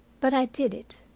but i did it.